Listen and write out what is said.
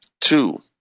Two